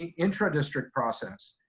ah intra district process.